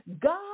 God